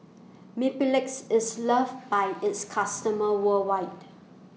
Mepilex IS loved By its customers worldwide